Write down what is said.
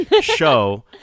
show